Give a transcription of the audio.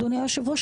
אדוני היושב ראש,